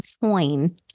coin